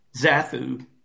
Zathu